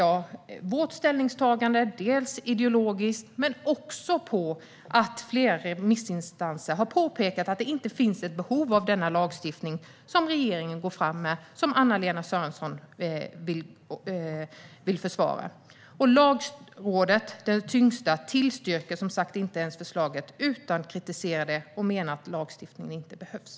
Moderaternas ställningstagande är dels ideologiskt, dels byggt på att flera remissinstanser har påpekat att det inte finns behov av denna lagstiftning som regeringen går fram med och som Anna-Lena Sörenson vill försvara. Den tyngsta remissinstansen, Lagrådet, tillstyrker inte ens förslaget utan kritiserar det och menar att lagstiftningen inte behövs.